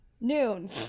Noon